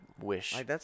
wish